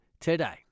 today